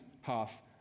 half